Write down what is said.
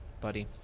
buddy